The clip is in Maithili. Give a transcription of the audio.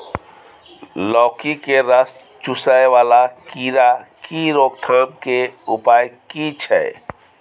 लौकी के रस चुसय वाला कीरा की रोकथाम के उपाय की छै?